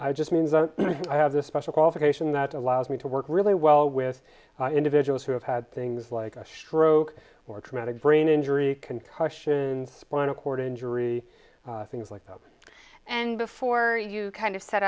i just mean i have this special qualification that allows me to work really well with individuals who have had things like a stroke or traumatic brain injury concussions spinal cord injury things like that and before you kind of set